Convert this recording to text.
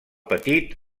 petit